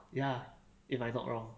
ya if I'm not wrong